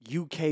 UK